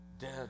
dead